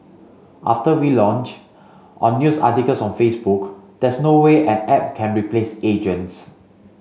after we launch on news articles on Facebook there's no way an app can replace agents